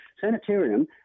Sanitarium